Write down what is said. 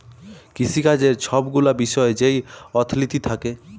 কিসিকাজের ছব গুলা বিষয় যেই অথ্থলিতি থ্যাকে